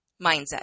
mindset